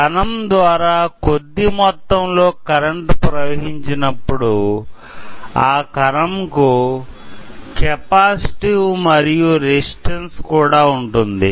కణం ద్వారా కొద్ధి మొత్తం లో కరెంటు ప్రవహించినప్పుడు ఆ కణం కు కెపాసిటివ్ మరియు రెసిస్టన్స్ కూడా ఉంటుంది